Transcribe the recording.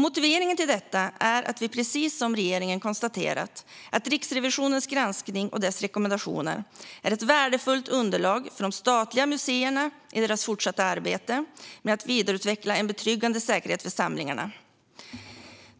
Motiveringen till detta är att vi, precis som regeringen, konstaterat att Riksrevisionens granskning och dess rekommendationer är ett värdefullt underlag för de statliga museerna i deras fortsatta arbete med att vidareutveckla en betryggande säkerhet för samlingarna.